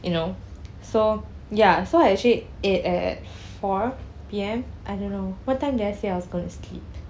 you know so ya so I actually ate at four P_M I don't know what time did I say I was going to sleep